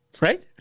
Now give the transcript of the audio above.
right